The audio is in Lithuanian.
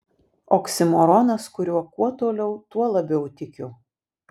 oksimoronas kuriuo kuo toliau tuo labiau tikiu